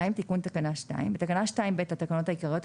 תיקון תקנה 3 בתקנה 2(ב) לתקנות העיקריות,